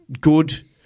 good